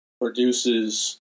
produces